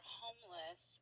homeless